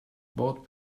both